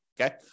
okay